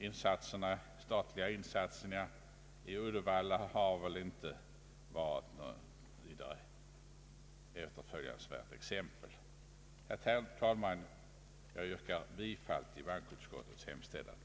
De statliga insatserna i Uddevalla utgör väl inte något vidare efterföljansvärt exempel. Herr talman! Jag yrkar bifall till bankoutskottets hemställan.